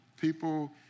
people